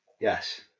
Yes